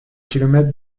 kilomètres